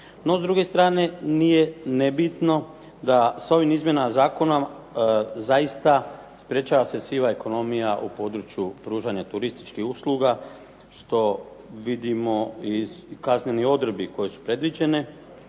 No, s druge strane nije nebitno da s ovim izmjenama zakona sprečava se siva ekonomija u području pružanja turističkih usluga što vidimo iz kaznenih odredbi koje su predviđene.